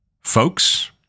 folks